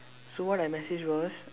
so what I messaged was